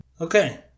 Okay